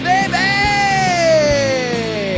Baby